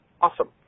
Awesome